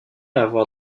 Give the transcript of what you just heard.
avoir